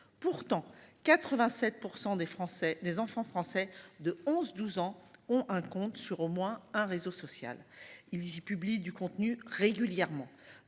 Français des enfants français de 11 12 ans ont un compte sur au moins un réseau social. Ils ils publient du contenu régulièrement.